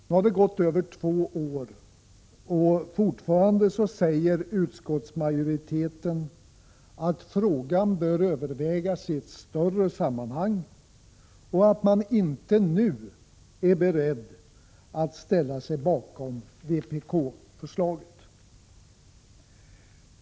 Nu har det gått mer än två år sedan dess och fortfarande säger utskottsmajoriteten att frågan bör övervägasi ett större sammanhang och att man inte nu är beredd att ställa sig bakom vpk-förslaget.